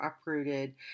uprooted